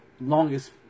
longest